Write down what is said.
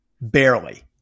barely